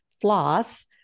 floss